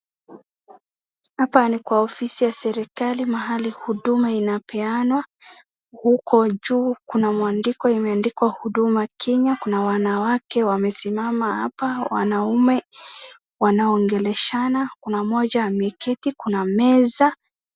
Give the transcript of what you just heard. Hapa ni kwa ofisi ya serikali mahali huduma inapeanwa, huko juu kuna mwandiko imeandikwa huduma Kenya, kuna wanawake wamesimama hapa wanaume, wanaongeleshana kuna mmoja ameketi, kuna meza.